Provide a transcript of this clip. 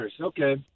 Okay